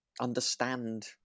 understand